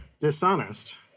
dishonest